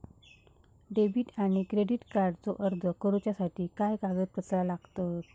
Debit आणि credit कार्डचो अर्ज करुच्यासाठी काय कागदपत्र लागतत?